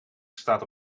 staat